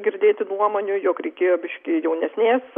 girdėti nuomonių jog reikėjo biškį jaunesnės